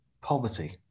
poverty